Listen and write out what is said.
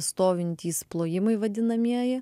stovintys plojimai vadinamieji